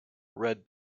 red